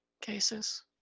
cases